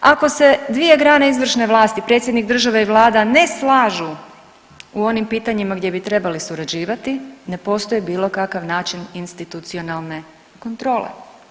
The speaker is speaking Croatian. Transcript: Ako se dvije grane izvršne vlasti predsjednik države i vlada ne slažu u onim pitanjima gdje bi trebali surađivati ne postoji bilo kakav način institucionalne kontrole.